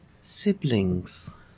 siblings